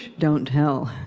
don't tell.